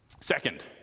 Second